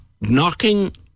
knocking